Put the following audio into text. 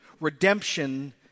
redemption